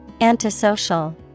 Antisocial